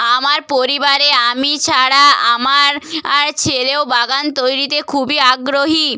আমার পরিবারে আমি ছাড়া আমার আর ছেলেও বাগান তৈরিতে খুবই আগ্রহী